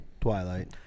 Twilight